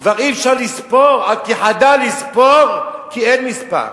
כבר אי-אפשר לספור, כי חדל לספור כי אין מספר.